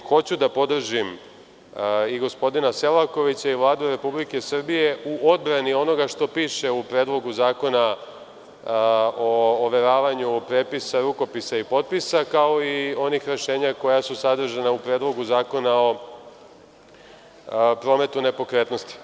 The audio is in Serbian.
Hoću da podržim i gospodina Selakovića i Vladu Republike Srbije u odbrani onoga što piše u Predlogu zakona o overavanju prepisa, rukopisa i potpisa, kao i onih rešenja koja su sadržana u Predlogu zakona o prometu nepokretnosti.